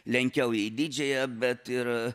lenkiau į didžiąją bet ir